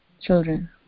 children